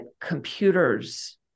computers